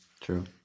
true